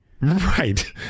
Right